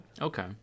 Okay